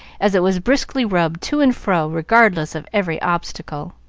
as it was briskly rubbed to and fro regardless of every obstacle.